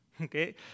okay